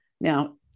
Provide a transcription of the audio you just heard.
Now